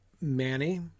Manny